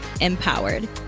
empowered